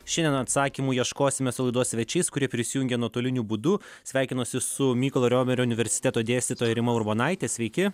šiandien atsakymų ieškosime su laidos svečiais kurie prisijungę nuotoliniu būdu sveikinuosi su mykolo romerio universiteto dėstytoja rima urbonaite sveiki